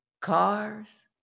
cars